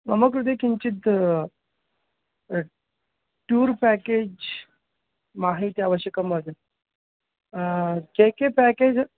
मम कृते किञ्चित् टूर् पेकेज् महती आवश्यकं वदति के के पेकेज्